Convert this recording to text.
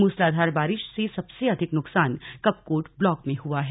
मूसलधार बारिश से सबसे अधिक नुकसान कपकोट ब्लॉक में हुआ है